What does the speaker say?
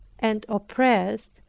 and oppressed,